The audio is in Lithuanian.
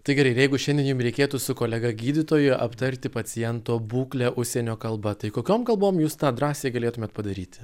tai gerai ir jeigu šiandien jums reikėtų su kolega gydytoju aptarti paciento būklę užsienio kalba tai kokiom kalbom jūs tą drąsiai galėtumėt padaryti